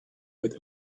with